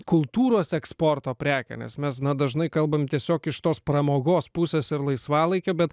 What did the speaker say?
kultūros eksporto prekė nes mes dažnai kalbam tiesiog iš tos pramogos pusės ir laisvalaikio bet